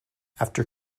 after